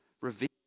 revealed